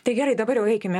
tai gerai dabar jau eikime